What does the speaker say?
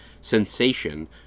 sensation